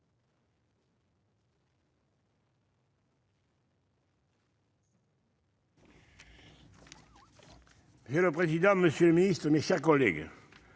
Monsieur le président, madame la ministre, mes chers collègues,